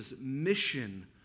mission